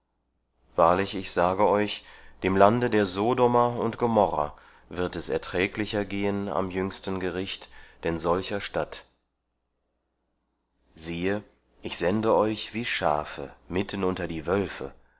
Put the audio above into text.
wahrlich ich sage euch dem lande der sodomer und gomorrer wird es erträglicher gehen am jüngsten gericht denn solcher stadt siehe ich sende euch wie schafe mitten unter die wölfe